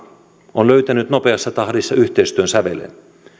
on löytänyt nopeassa tahdissa yhteistyön sävelen